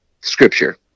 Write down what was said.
scripture